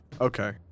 Okay